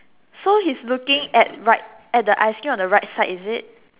so he's looking at right at the ice cream on the right side is it